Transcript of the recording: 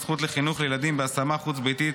הזכות לחינוך לילדים בהשמה חוץ-ביתית),